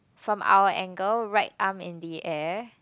from our angle right arm in the air